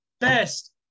best